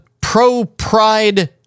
pro-Pride